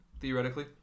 theoretically